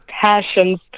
passions